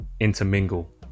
intermingle